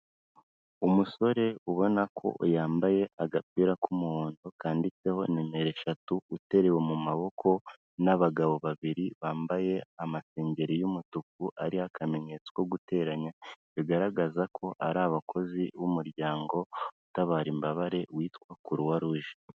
Umusore ubona ko yambaye agapira k'umuhondo kanditseho nimero eshatu, uteruwe mu maboko n'abagabo babiri bambaye amasengeri y'umutuku, ariho akamenyetso ko guteranya, bigaragaza ko ari abakozi b'umuryango utabara imbabare witwa Croix rouge.